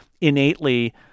innately